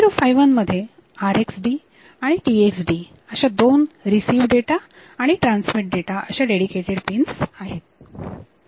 8051 मध्ये RxD आणि TxD अशा दोन रिसीव्ह डेटा आणि ट्रान्समीट डेटा अशा डेडिकेटेड पीन्स आहेत